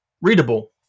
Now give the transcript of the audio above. readable